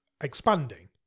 expanding